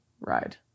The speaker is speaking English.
ride